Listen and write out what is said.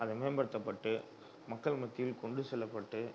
அது மேம்படுத்தப்பட்டு மக்கள் மத்தியில் கொண்டு செல்லப்பட்டு